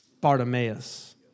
Bartimaeus